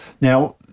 Now